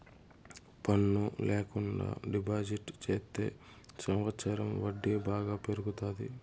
పన్ను ల్యాకుండా డిపాజిట్ చెత్తే సంవచ్చరం వడ్డీ బాగా పెరుగుతాది